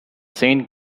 saint